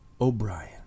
O'Brien